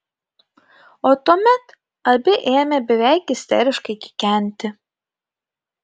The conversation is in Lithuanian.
o tuomet abi ėmė beveik isteriškai kikenti